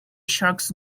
sharks